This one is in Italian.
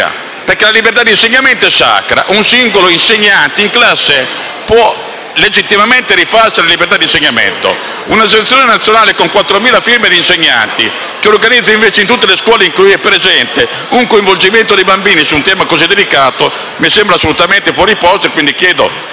perché la libertà di insegnamento è sacra. Un singolo insegnante in classe può legittimamente rifarsi alla libertà di insegnamento. Che un'associazione nazionale con 4.000 firme di insegnanti organizzi, invece, in tutte le scuole in cui è presente un coinvolgimento dei bambini su un tema così delicato mi sembra assolutamente fuori posto e chiedo